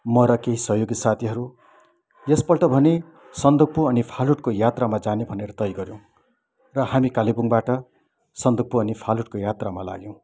म र केही सहयोगी साथीहरू यसपल्ट भने सन्दकफू अनि फालुटको यात्रामा जाने भनेर तय गऱ्यौँ र हामी कालेबुङबाट सन्दकफू अनि फालुटको यात्रामा लाग्यौँ